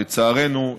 לצערנו,